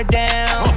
down